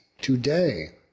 today